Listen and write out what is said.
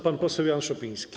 Pan poseł Jan Szopiński.